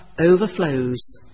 overflows